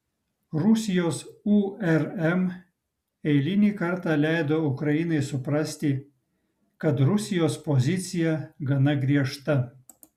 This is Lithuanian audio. rusijos urm eilinį kartą leido ukrainai suprasti kad rusijos pozicija gana griežta